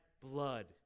blood